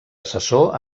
assessor